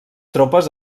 tropes